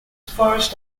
forest